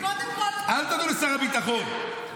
אל תודו לשר הביטחון,